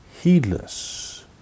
heedless